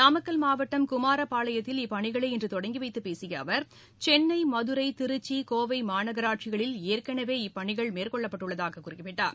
நாமக்கல் மாவட்டம் குமாரபாளையத்தில் இப்பணிகளை இன்று தொடங்கிவைத்துப் பேசிய அவர் சென்னை மதுரை திருச்சி கோவை மாநகராட்சிகளில் ஏற்கனவே இப்பணிகள் மேற்கொள்ளப்பட்டுள்ளதாக குறிப்பிட்டார்